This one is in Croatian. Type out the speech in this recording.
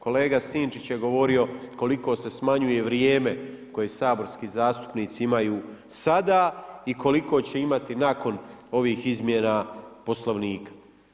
Kolega Sinčić je govorio koliko se smanjuje vrijeme koje saborski zastupnici imaju sada i koliko će imati nakon ovih izmjena Poslovnika.